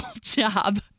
job